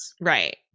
Right